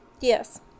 yes